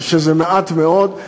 שזה מעט מאוד,